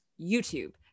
youtube